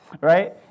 Right